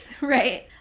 Right